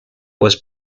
was